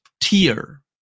tier